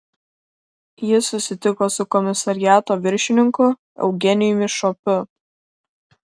jis susitiko su komisariato viršininku eugenijumi šopiu